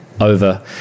over